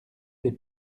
des